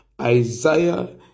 Isaiah